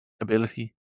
Ability